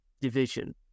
division